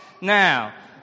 Now